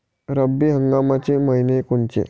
रब्बी हंगामाचे मइने कोनचे?